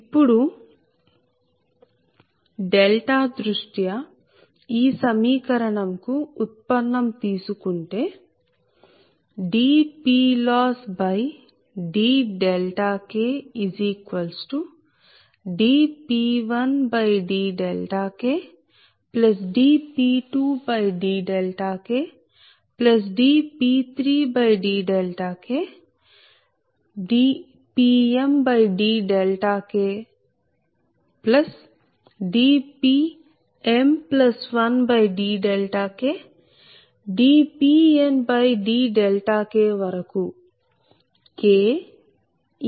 ఇప్పుడు దృష్ట్యా ఈ సమీకరణం కు ఉత్పన్నం తీసుకుంటేdPLossdKdP1dKdP2dKdP3dKdPmdKdPm1dKdPndK k 23